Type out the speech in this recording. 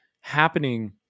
happening